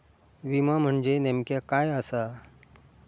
विमा म्हणजे नेमक्या काय आसा?